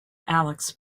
alex